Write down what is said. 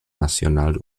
nacional